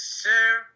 share